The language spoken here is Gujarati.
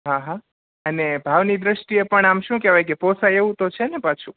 હા હા અને ભાવની દ્રષ્ટિએ પણ આમ શું કેવાય કે પોસાય એવું તો છેને પાછું